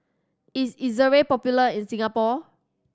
is Ezerra popular in Singapore